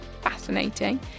fascinating